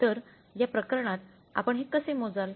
तर या प्रकरणात आपण हे कसे मोजाल